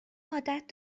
عادت